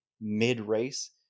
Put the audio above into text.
mid-race